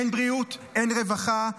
אין בריאות, אין רווחה,